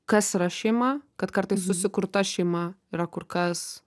kas yra šeima kad kartais susikurta šeima yra kur kas